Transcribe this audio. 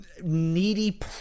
Needy